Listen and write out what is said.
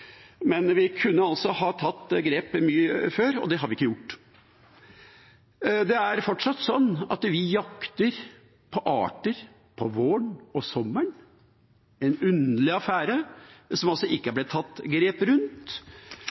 Men vi kunne altså tatt grep mye før, og det har vi ikke gjort. Det er fortsatt slik at vi jakter på arter om våren og sommeren, en underlig affære, som det altså ikke blir tatt grep rundt.